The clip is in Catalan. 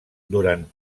durant